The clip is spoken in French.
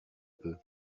peu